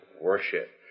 worship